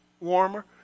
warmer